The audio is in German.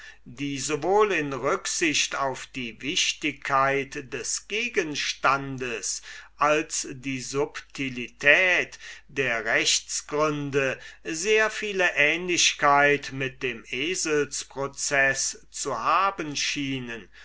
die sowohl in rücksicht auf die wichtigkeit des gegenstandes als die subtilität der rechtsgründe sehr viele ähnlichkeit mit dem eselsproceß zu haben schienen